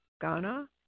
Ghana